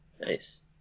Nice